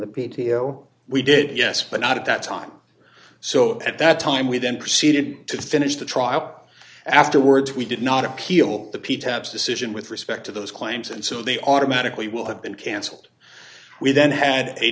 the p t o we did yes but not at that time so at that time we then proceeded to finish the trial afterwards we did not appeal the pieta haps decision with respect to those claims and so they automatically will have been canceled we then had a